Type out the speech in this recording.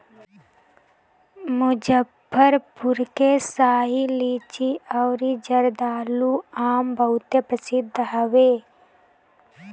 मुजफ्फरपुर के शाही लीची अउरी जर्दालू आम बहुते प्रसिद्ध हवे